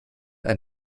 ein